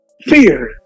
Fear